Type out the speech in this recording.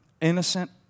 Innocent